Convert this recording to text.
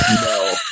No